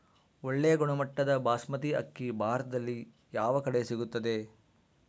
ಒಳ್ಳೆ ಗುಣಮಟ್ಟದ ಬಾಸ್ಮತಿ ಅಕ್ಕಿ ಭಾರತದಲ್ಲಿ ಯಾವ ಕಡೆ ಸಿಗುತ್ತದೆ?